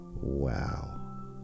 Wow